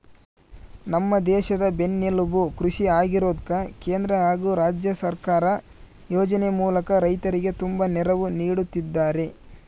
ನಮ್ಮ ದೇಶದ ಬೆನ್ನೆಲುಬು ಕೃಷಿ ಆಗಿರೋದ್ಕ ಕೇಂದ್ರ ಹಾಗು ರಾಜ್ಯ ಸರ್ಕಾರ ಯೋಜನೆ ಮೂಲಕ ರೈತರಿಗೆ ತುಂಬಾ ನೆರವು ನೀಡುತ್ತಿದ್ದಾರೆ